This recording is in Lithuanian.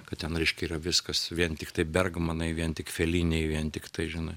kad ten reiškia ten yra viskas vien tiktai bergmanai vien tik feliniai vien tiktai žinai